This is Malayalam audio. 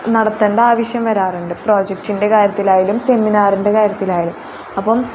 നടത്തേണ്ട ആവശ്യം വരാറുണ്ട് പ്രോജെക്റ്റിൻ്റെ കാര്യത്തിലായാലും സെമിനാറിൻ്റെ കാര്യത്തിലായാലും അപ്പം